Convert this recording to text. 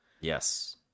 Yes